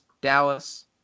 Dallas